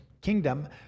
kingdom